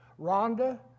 Rhonda